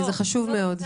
זה חשוב מאוד.